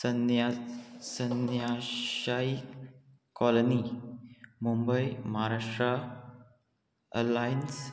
सन्या सन्याशायी colony Mumbai Maharashtra alliance